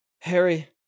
Harry